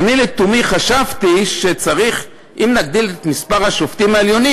ואני לתומי חשבתי שאם נגדיל את מספר השופטים העליונים,